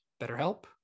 BetterHelp